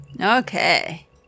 Okay